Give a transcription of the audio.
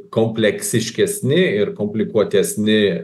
kompleksiškesni ir komplikuotesni